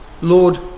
Lord